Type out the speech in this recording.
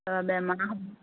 তাৰপৰা বেমাৰ